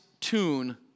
tune